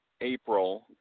April